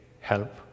help